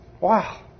Wow